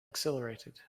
exhilarated